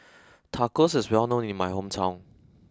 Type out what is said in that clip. Tacos is well known in my hometown